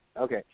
Okay